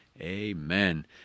amen